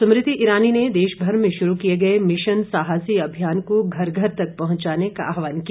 स्मृति ईरानी ने देशभर में शुरू किए गए मिशन साहसी अभियान को घर घर तक पहुंचाने का आहवान किया